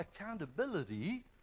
accountability